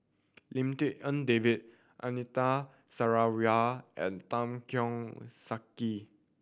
Lim Tik En David Anita Sarawak and Tan Keong Saik